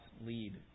lead